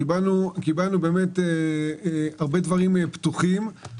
קיבלנו דברים פתוחים,